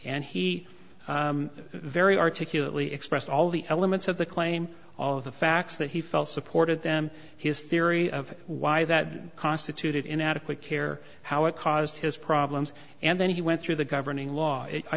and he very articulately expressed all the elements of the claim all of the facts that he felt supported them his theory of why that constituted inadequate care how it caused his problems and then he went through the governing law i